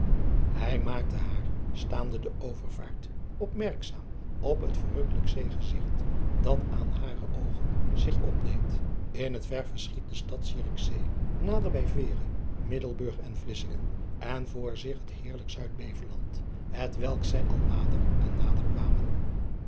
hij maakte haar staande de overvaart opmerkzaam op het verrukkelijk zeegezigt dat aan hare oogen zich opdeed in het ver verschiet de stad ierikzee nader bij eere iddelburg en lissingen en voor zich het heerlijk uidbeveland het welk zij al nader en nader